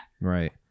Right